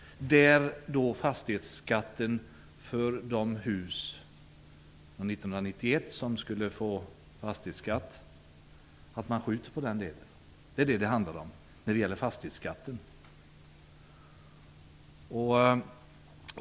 När det gäller de hus från 1991 som skulle få fastighetsskatt skjuts denna upp - det är vad det handlar om när det gäller fastighetsskatten.